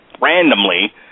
randomly